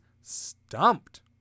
stumped